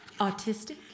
Autistic